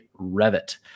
Revit